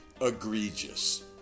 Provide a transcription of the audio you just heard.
egregious